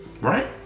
right